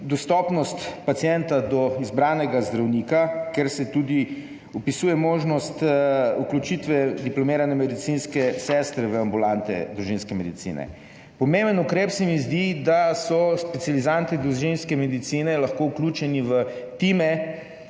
dostopnost pacienta do izbranega zdravnika, kjer se opisuje tudi možnost vključitve diplomirane medicinske sestre v ambulante družinske medicine. Pomemben ukrep se mi zdi, da so specializanti družinske medicine lahko vključeni v time,